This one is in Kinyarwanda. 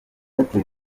airtel